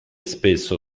spesso